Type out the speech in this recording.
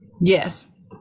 Yes